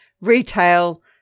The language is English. retail